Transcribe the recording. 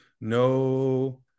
No